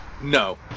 No